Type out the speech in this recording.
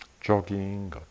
jogging